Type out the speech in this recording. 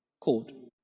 code